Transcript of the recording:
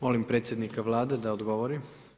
Molim predsjednika Vlade da odgovori.